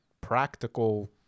practical